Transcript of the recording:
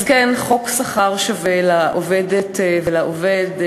אז כן, חוק שכר שווה לעובדת ולעובד,